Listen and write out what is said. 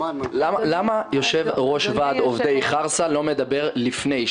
למה יושב-ראש ועד עובדי חרסה לא מדבר לפני המנכ"ל,